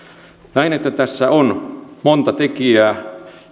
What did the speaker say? näen että tässä on monta tekijää